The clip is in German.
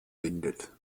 windet